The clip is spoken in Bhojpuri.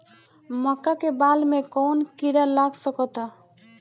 मका के बाल में कवन किड़ा लाग सकता?